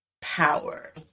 power